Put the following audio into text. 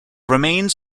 remains